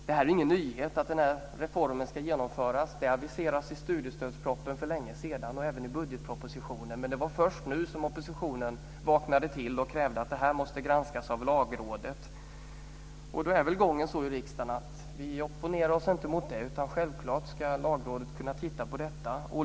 Det är ingen nyhet att denna reform ska genomföras. Det aviserades i studiestödspropositionen för länge sedan och även i budgetpropositionen, men det var först nu som oppositionen vaknade till och krävde att detta skulle granskas av Lagrådet. Då är gången sådan i riksdagen att vi inte opponerar oss mot det. Självklart ska Lagrådet kunna titta på detta.